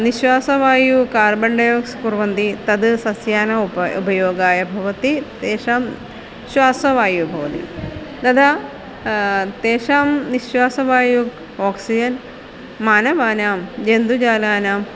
निश्वासवायुः carbon dioxide कुर्वन्ति तद् सस्यानाम् उपायः उपयोगाय भवति तेषां श्वासवायुः भवति तदा तेषां निश्वासवायुः ओक्सिजन् मानवानां जन्तुजालानां